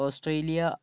Australia